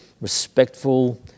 respectful